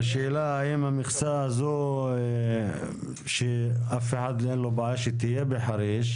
השאלה אם המכסה הזאת שלאף אחד אין בעיה שתהיה בחריש,